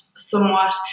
somewhat